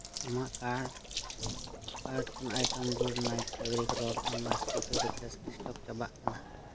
ᱟᱢᱟᱜ ᱠᱟᱨᱰ ᱠᱷᱚᱱ item good night fabric roll on mosquito repellent stock ᱪᱟᱵᱟᱜ ᱠᱟᱱᱟ